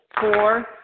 Four